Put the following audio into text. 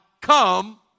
come